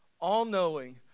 all-knowing